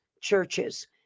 churches